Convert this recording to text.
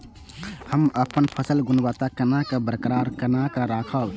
हम अपन फसल गुणवत्ता केना बरकरार केना राखब?